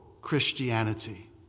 Christianity